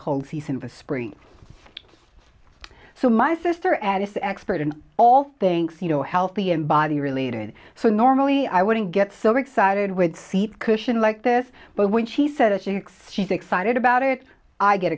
cold season for spring so my sister atus expert in all things you know healthy and body related so normally i wouldn't get so excited with seat cushion like this but when she says chicks she's excited about it i get